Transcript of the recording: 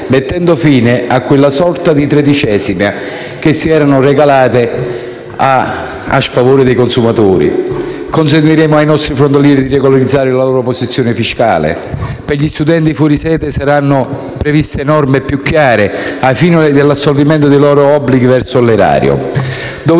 mettendo fine a quella sorta di tredicesima che si erano regalate a sfavore dei consumatori. Consentiremo ai nostri transfrontalieri di regolarizzare la loro posizione fiscale; per gli studenti fuori sede saranno previste norme più chiare ai fini dell'assolvimento dei loro obblighi verso l'erario.